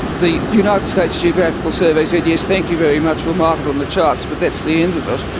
the united states geographical survey said yes, thank you very much, we'll mark it on the charts but that's the end of it.